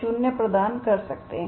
r20 प्रदान कर सकते हैं